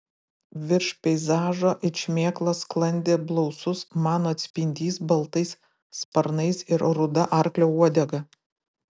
virš peizažo it šmėkla sklandė blausus mano atspindys baltais sparnais ir ruda arklio uodega